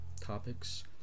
topics